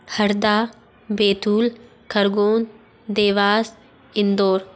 Harda Betul Khargone Dewas Indore